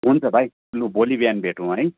हुन्छ भाइ लु भोलि बिहान भेटौँ है